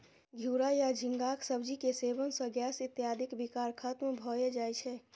घिवरा या झींगाक सब्जी के सेवन सं गैस इत्यादिक विकार खत्म भए जाए छै